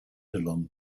along